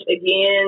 again